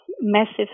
massive